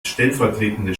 stellvertretende